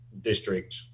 district